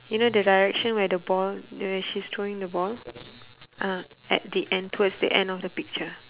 you know the direction where the ball the she's throwing the ball ah at the end towards the end of the picture